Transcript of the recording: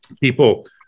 people